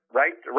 right